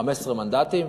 15 מנדטים,